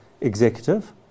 executive